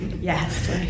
Yes